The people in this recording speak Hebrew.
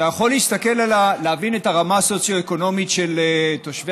אתה יכול להבין את הרמה הסוציו-אקונומית של תושבי